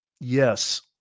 yes